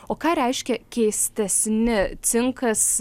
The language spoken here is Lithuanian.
o ką reiškia keistesni cinkas